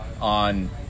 on